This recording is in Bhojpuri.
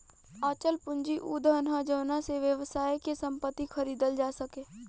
अचल पूंजी उ धन ह जावना से व्यवसाय के संपत्ति खरीदल जा सके